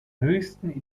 höchsten